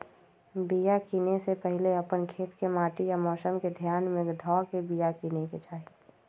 बिया किनेए से पहिले अप्पन खेत के माटि आ मौसम के ध्यान में ध के बिया किनेकेँ चाही